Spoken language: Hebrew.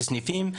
לסניפים,